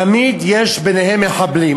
תמיד יש ביניהם מחבלים.